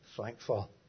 thankful